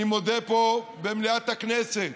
אני מודה פה במליאת הכנסת